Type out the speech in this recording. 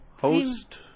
host